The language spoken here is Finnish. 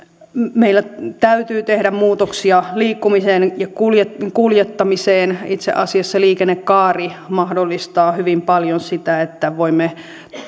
meillä täytyy tehdä muutoksia liikkumiseen ja kuljettamiseen itse asiassa liikennekaari mahdollistaa hyvin paljon sitä että voimme